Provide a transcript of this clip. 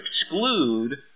exclude